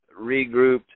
regrouped